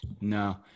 No